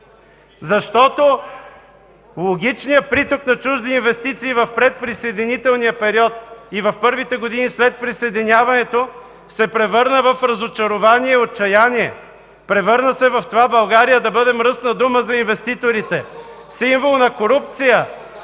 Защото логичният приток на чужди инвестиции в предприсъединителния период и в първите години след присъединяването се превърна в разочарование и отчаяние, превърна се в това България да бъде мръсна дума за инвеститорите, (силен шум и